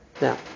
Now